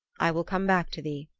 i will come back to thee,